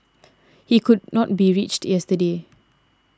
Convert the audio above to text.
he could not be reached yesterday